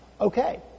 okay